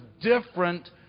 different